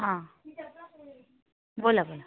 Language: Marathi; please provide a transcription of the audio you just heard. हां बोला बोला